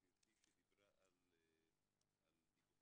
שגברתי שדיברה על דיווחים,